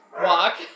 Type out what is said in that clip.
walk